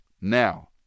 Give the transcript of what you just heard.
Now